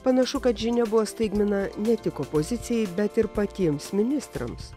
panašu kad žinia buvo staigmena ne tik opozicijai bet ir patiems ministrams